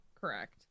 correct